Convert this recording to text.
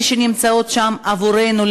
אלה שנמצאות שם עבורנו,